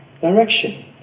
direction